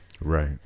Right